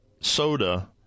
soda